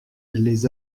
les